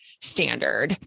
standard